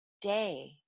day